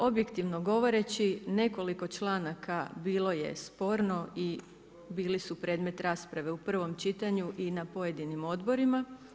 Objektivno govoreći, nekoliko članaka bilo je sporno i bili su predmet rasprave u prvom čitanju i na pojedinim odborima.